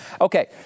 Okay